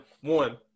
one